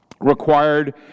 required